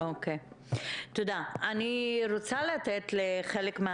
אין ספק לגבי מסרים תראו,